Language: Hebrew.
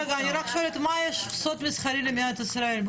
אני רק שואלת איזה יש סוד מסחרי למדינת ישראל?